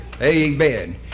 Amen